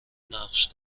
نقش